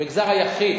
המגזר היחיד,